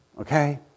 Okay